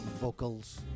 vocals